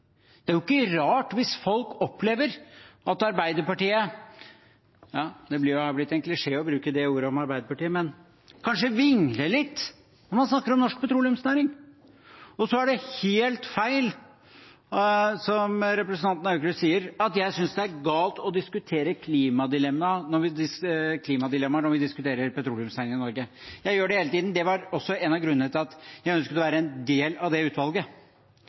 Det er ikke rart hvis folk opplever at Arbeiderpartiet – ja, det er blitt en klisjé å bruke det ordet om Arbeiderpartiet, men – kanskje vingler litt når man snakker om norsk petroleumsnæring. Det er helt feil, som representanten Aukrust sier, at jeg synes det er galt å diskutere klimadilemmaer når vi diskuterer petroleumsnæringen i Norge. Jeg gjør det hele tiden. Det var også en av grunnene til at jeg ønsket å være en del av det utvalget.